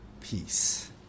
peace